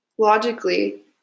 Logically